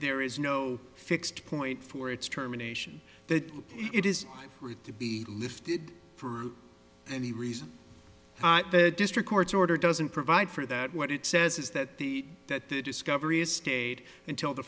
there is no fixed point for its germination that it is for it to be lifted for any reason the district court's order doesn't provide for that what it says is that the that the discovery is stayed until the